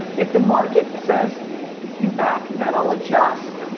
if the market says you back then i'll adjust.